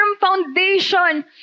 foundation